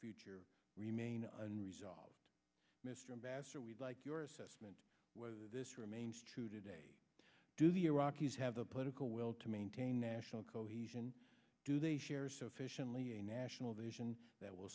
future remain unresolved mr ambassador we'd like your assessment was this remains true today do the iraqis have the political will to maintain national cohesion do they share sufficiently a national vision that will